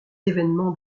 événements